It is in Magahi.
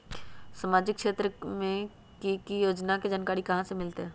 सामाजिक क्षेत्र मे कि की योजना है जानकारी कहाँ से मिलतै?